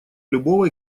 любого